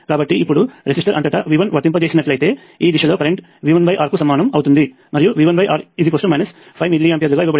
కాబట్టి ఇప్పుడు రెసిస్టర్ అంతటా V1 వర్తింపచేసినట్లయితే ఈ దిశలో కరెంట్ V1R కు సమానం అవుతుంది మరియు V1R 5 మిల్లీ ఆంపియర్లుగా ఇవ్వబడింది